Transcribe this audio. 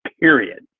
Period